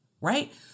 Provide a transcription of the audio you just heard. right